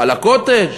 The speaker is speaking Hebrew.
על הקוטג',